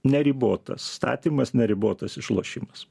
neribotas statymas neribotas išlošimas